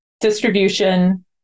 Distribution